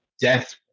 death